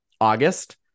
August